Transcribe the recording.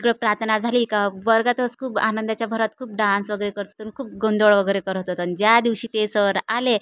इकडं प्रार्थना झाली का वर्गातच खूप आनंदाच्या भरात खूप डान्स वगैरे करत होतो आणि खूप गोंधळ वगैरे करत होत आणि ज्या दिवशी ते सर आले